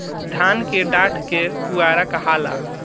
धान के डाठ के पुआरा कहाला